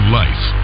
life